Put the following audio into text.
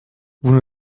vous